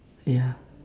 ya